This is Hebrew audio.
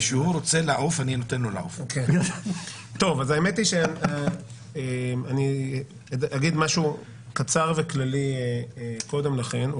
האמת היא שאני אומר משהו קצר וכללי קודם לכן.